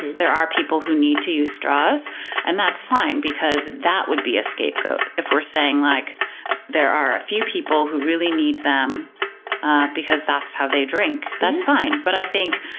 there are people who need to use straws and that's fine because that would be a scapegoat. if we're saying, like there are a few people who really need them because that's how they drink, that's fine. but